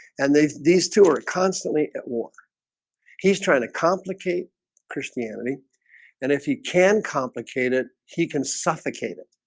and they these two are constantly at war he's trying to complicate christianity and if he can complicate it he can suffocate it